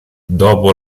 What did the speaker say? dopo